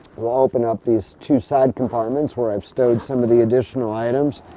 we'll open up these two side compartments where i've stowed some of the additional items.